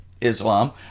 Islam